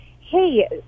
Hey